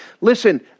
Listen